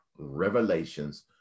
Revelations